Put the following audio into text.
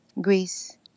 Greece